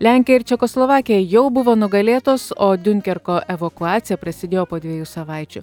lenkija ir čekoslovakija jau buvo nugalėtos o diunkerko evakuacija prasidėjo po dviejų savaičių